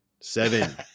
Seven